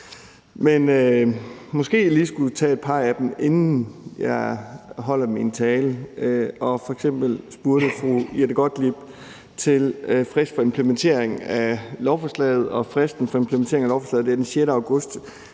måske jeg lige skulle tage et par af dem, inden jeg holder min tale. F.eks. spurgte fru Jette Gottlieb til fristen for implementeringen af lovforslaget,